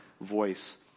voice